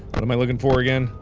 what am i looking for again?